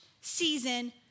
season